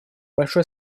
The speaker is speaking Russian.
большое